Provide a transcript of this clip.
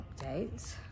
updates